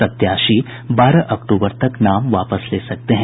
प्रत्याशी बारह अक्टूबर तक नाम वापस ले सकते हैं